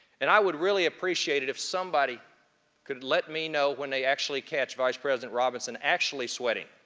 and i would really appreciate it if somebody could let me know when they actually catch vice president robinson actually sweating.